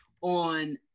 on